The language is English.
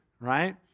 right